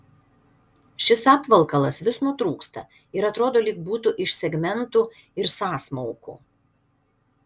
šis apvalkalas vis nutrūksta ir atrodo lyg būtų iš segmentų ir sąsmaukų